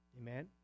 Amen